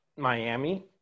Miami